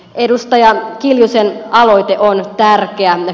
edustaja kiljusen aloite on tärkeä